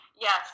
Yes